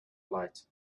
light